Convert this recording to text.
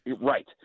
right